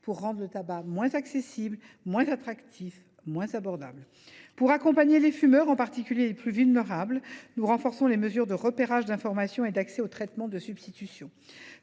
de rendre le tabac moins accessible, moins attractif et moins abordable. Pour accompagner les fumeurs, en particulier les plus vulnérables, nous renforçons les mesures de repérage, d’information et d’accès aux traitements de substitution.